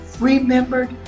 remembered